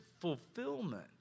fulfillment